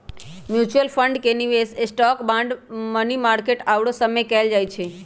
mutual fund के निवेश stock, bond, money market आउरो सभमें कएल जाइ छइ